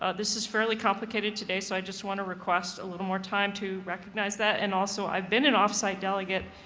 ah this is fairly complicated today, so i just want to request a little more time to recognize that. and also, i've been an off site delegate.